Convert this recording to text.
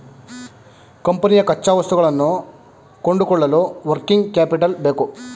ಕಂಪನಿಯ ಕಚ್ಚಾವಸ್ತುಗಳನ್ನು ಕೊಂಡುಕೊಳ್ಳಲು ವರ್ಕಿಂಗ್ ಕ್ಯಾಪಿಟಲ್ ಬೇಕು